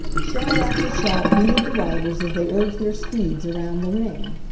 shout after shout greeted the riders as they urged their steeds around the ring.